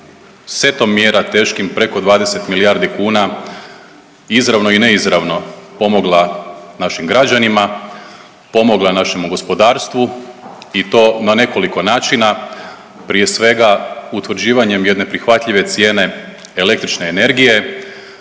setom mjera teškim preko 20 milijardi kuna izravno i neizravno pomogla našim građanima, pomogla našemu gospodarstvu i to na nekoliko načina, prije svega utvrđivanjem jedne prihvatljive cijene električne energije